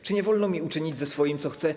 Czy nie wolno mi uczynić ze swoim, co chcę?